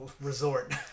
resort